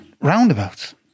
roundabouts